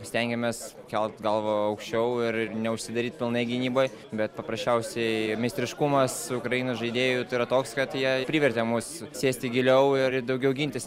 stengiamės kelt galvą aukščiau ir neužsidaryt pilnai gynyboj bet paprasčiausiai meistriškumas ukrainos žaidėjų tai yra toks kad jie privertė mus sėsti giliau ir daugiau gintis